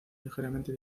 ligeramente